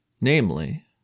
namely